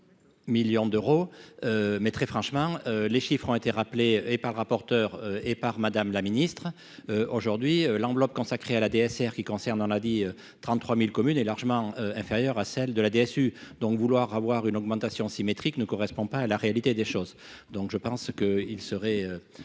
millions d'euros, mais très franchement, les chiffres ont été rappelés et par le rapporteur et par Madame la Ministre, aujourd'hui, l'enveloppe consacrée à la DSR, qui, concernant la dit 33000 communes est largement inférieure à celle de la DSU donc vouloir avoir une augmentation symétrique ne correspond pas à la réalité des choses, donc je pense que il serait